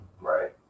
Right